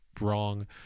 wrong